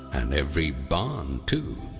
and every barn too!